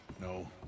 No